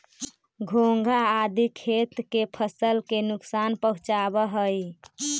घोंघा आदि खेत के फसल के नुकसान पहुँचावऽ हई